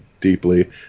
deeply